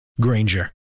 Granger